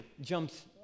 jumps